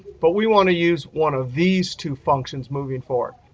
but we want to use one of these two functions moving forward.